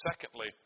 secondly